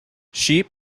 sheep